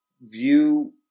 view